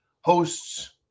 hosts